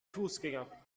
fußgänger